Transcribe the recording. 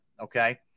Okay